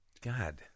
God